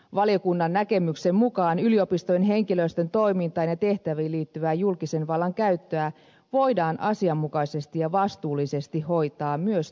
valiokunnan näkemyksen mukaan yliopistojen henkilöstön toimintaan ja tehtäviin liittyvää julkisen vallan käyttöä voidaan asianmukaisesti ja vastuullisesti hoitaa myös työsuhteessa